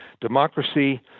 Democracy